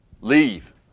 Leave